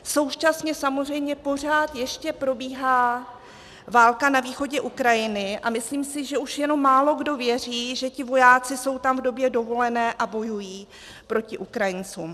Současně samozřejmě pořád ještě probíhá válka na východě Ukrajiny a myslím si, že už jenom málokdo věří, že ti vojáci jsou tam v době dovolené a bojují proti Ukrajincům.